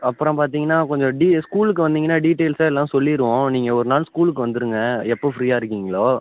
அப்புறம் பார்த்தீங்கன்னா கொஞ்சம் டீ ஸ்கூலுக்கு வந்தீங்கன்னால் டீட்டெயில்ஸ்ஸா எல்லாம் சொல்லிடுவோம் நீங்கள் ஒரு நாள் ஸ்கூலுக்கு வந்துடுங்க எப்போ ஃபிரீயாக இருக்கீங்களோ